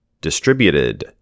Distributed